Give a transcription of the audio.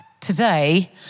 today